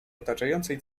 otaczającej